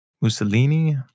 Mussolini